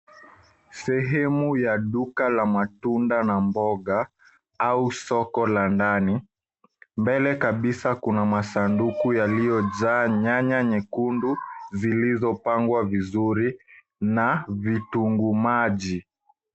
Sehemu ya duka la matunda na mboga au soko la ndani. Mbele kabisa kuna masanduku yaliyojaa nyanya nyekundu zilizopangwa vizuri na vitunguu maji.